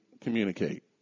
communicate